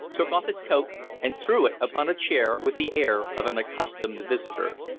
took off his coat and threw it upon a chair with the air of an accustomed visitor.